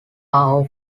are